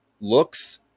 looks